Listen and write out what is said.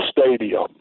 stadium